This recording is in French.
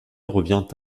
revient